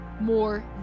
more